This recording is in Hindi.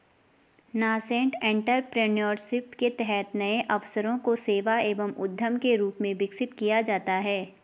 नासेंट एंटरप्रेन्योरशिप के तहत नए अवसरों को सेवा एवं उद्यम के रूप में विकसित किया जाता है